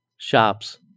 Shops